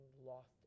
lost